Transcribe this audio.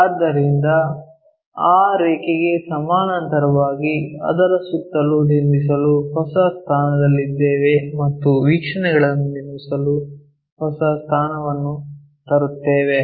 ಆದ್ದರಿಂದ ಆ ರೇಖೆಗೆ ಸಮಾನಾಂತರವಾಗಿ ಅದರ ಸುತ್ತಲೂ ನಿರ್ಮಿಸಲು ಹೊಸ ಸ್ಥಾನದಲ್ಲಿದ್ದೇವೆ ಮತ್ತು ವೀಕ್ಷಣೆಗಳನ್ನು ನಿರ್ಮಿಸಲು ಹೊಸ ಸ್ಥಾನವನ್ನು ತರುತ್ತೇವೆ